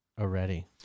already